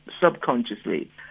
subconsciously